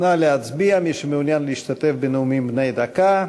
נא להצביע, מי שמעוניין להשתתף בנאומים בני דקה.